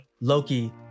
Loki